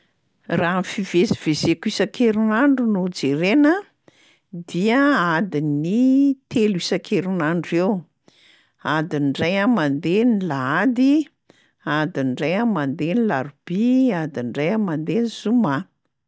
Raha ny fivezivezeko isan-kerinandro no jerena dia adiny telo isan-kerinandro eo, adiny ray aho mandeha ny lahady, adiny ray aho mandeha ny larobia, adiny ray aho mandeha ny zoma.